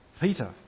Peter